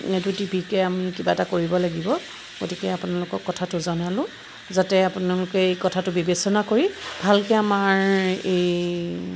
এইটো টিভিকে আমি কিবা এটা কৰিব লাগিব গতিকে আপোনালোকক কথাটো জনালোঁ যাতে আপোনালোকে এই কথাটো বিবেচনা কৰি ভালকৈ আমাৰ এই